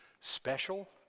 special